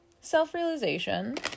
self-realization